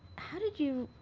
how did you.